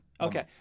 Okay